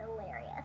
hilarious